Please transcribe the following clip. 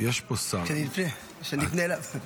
שאני אפנה אליו.